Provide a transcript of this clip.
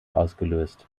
ausgelöst